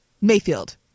Mayfield